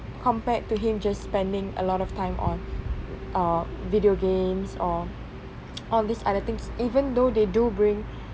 compared to him just spending a lot of time on uh video games or all these other things even though they do bring